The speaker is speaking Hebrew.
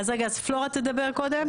פלורה תדבר קודם?